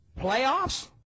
Playoffs